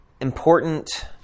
important